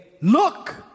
look